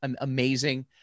Amazing